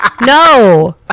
no